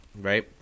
right